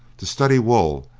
to study wool,